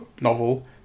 novel